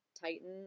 tighten